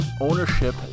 ownership